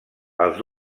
els